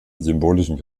symbolischen